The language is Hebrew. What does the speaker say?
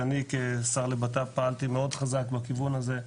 שאני כשר לבט"פ פעלתי מאוד חזק בכיוון הזה,